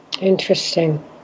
Interesting